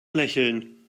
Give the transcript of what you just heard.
lächeln